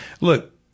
Look